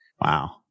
Wow